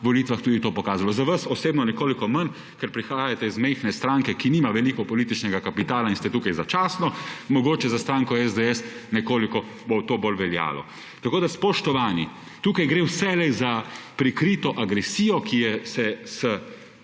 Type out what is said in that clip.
volitvah tudi to pokazalo. Za vas osebno nekoliko manj, ker prihajate iz majhne stranke, ki nima veliko političnega kapitala in ste tukaj začasno, mogoče za stranko SDS, nekoliko bo to bolj veljalo. Tako da, spoštovani, tukaj gre vselej za prikrito agresijo, ki je s